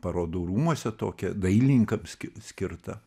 parodų rūmuose tokia dailininkams skirta